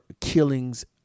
killings